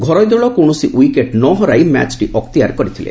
ଘରୋଇ ଦଳ କୌଣସି ୱିକେଟ୍ ନ ହରାଇ ମ୍ୟାଚ୍ଟି ଅକ୍ତିଆର କରିଥିଲେ